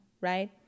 right